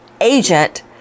agent